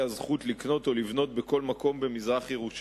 הזכות לקנות או לבנות בכל מקום במזרח-ירושלים.